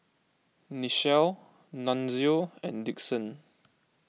Nichelle Nunzio and Dixon